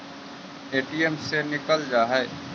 ATM से निकल जा है?